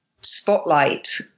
spotlight